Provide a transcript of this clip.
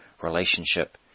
relationship